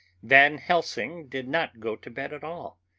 van helsing did not go to bed at all.